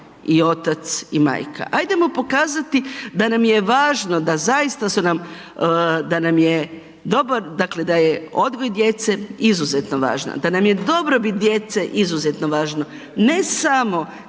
i otac i majka. Hajdemo pokazati da nam je važno da zaista su nam, da nam doba, dakle da je odgoj djece izuzetno važno, da nam je dobrobit djece izuzetno važno, ne samo kad